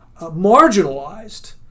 marginalized